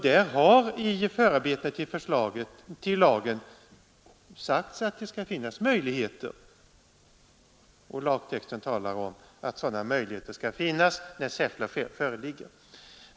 I förarbetena till lagen har också sagts att det skall finnas möjlighet härtill, och i lagtexten talas om att sådan möjlighet skall finnas när särskilda skäl föreligger.